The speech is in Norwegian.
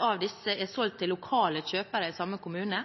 av disse er solgt til lokale kjøpere i samme kommune,